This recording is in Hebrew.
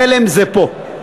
חלם זה פה.